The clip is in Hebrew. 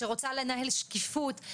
שרוצה לנהל שקיפות,